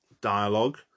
dialogue